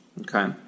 Okay